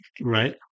Right